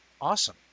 Awesome